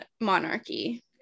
monarchy